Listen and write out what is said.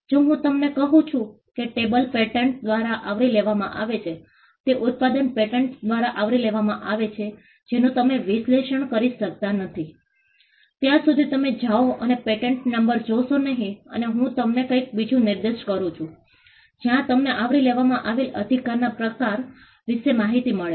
જો હું તમને કહું છું કે ટેબ્લેટ પેટન્ટ દ્વારા આવરી લેવામાં આવે છે તે ઉત્પાદન પેટન્ટ દ્વારા આવરી લેવામાં આવે છે જેનું તમે વિશ્લેષણ કરી શકતા નથી ત્યાં સુધી તમે જાઓ અને પેટન્ટ નંબર જોશો નહીં અને હું તમને કંઈક બીજું નિર્દેશ કરું છું જ્યાં તમને આવરી લેવામાં આવેલ અધિકારના પ્રકાર વિશેની માહિતી મળે છે